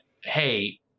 hey